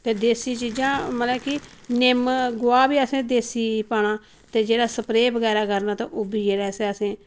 ते देसी चीजां मतलब कि निम्म गोहा बी असें देसी पाना ते जेह्ड़ा स्प्रे बगैरा करना ते ओहबी जेह्ड़ा असें